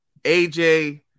AJ